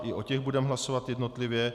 I o těch budeme hlasovat jednotlivě.